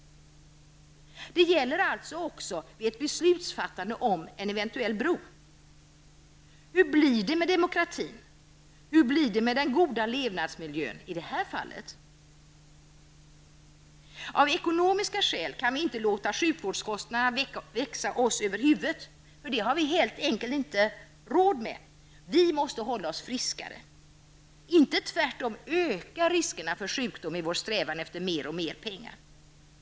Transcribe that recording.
Det gäller alltså även vid ett beslutsfattande om en eventuell bro. Hur blir det med demokratin, och hur blir det med den goda levnadsmiljön i det här fallet? Av ekonomiska skäl kan vi inte låta sjukvårdskostnaderna växa oss över huvudet. Det har vi helt enkelt inte råd med. Vi måste hålla oss friskare, inte tvärtom öka riskerna för sjukdom i vår strävan efter mer och mer pengar.